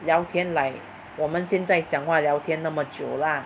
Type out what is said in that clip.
聊天 like 我们现在讲话聊天那么久 lah